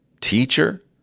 teacher